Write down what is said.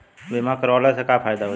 बीमा करवला से का फायदा होयी?